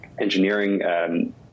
engineering